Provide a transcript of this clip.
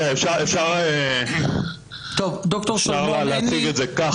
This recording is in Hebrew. אפשר להציג את זה כך.